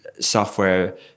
software